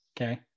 okay